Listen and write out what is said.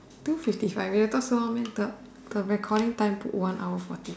two fifty five we waited so long the the recording time put one hour forty